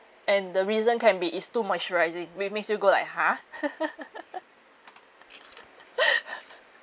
and the reason can be it's too moisturising which makes you go like !huh!